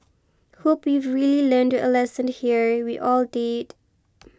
hope you've really learned a lesson here we all did